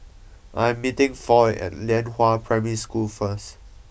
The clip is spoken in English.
I am meeting Foy at Lianhua Primary School first